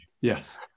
Yes